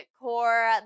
core